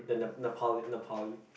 the ne~ Nepali Nepali